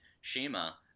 Shima